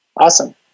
Awesome